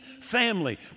family